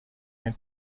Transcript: این